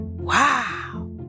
Wow